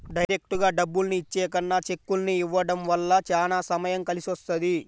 డైరెక్టుగా డబ్బుల్ని ఇచ్చే కన్నా చెక్కుల్ని ఇవ్వడం వల్ల చానా సమయం కలిసొస్తది